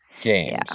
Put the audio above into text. games